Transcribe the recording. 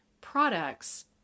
products